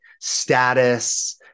status